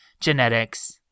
genetics